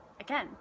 again